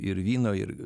ir vyno ir